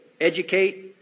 educate